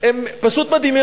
הם פשוט מדהימים,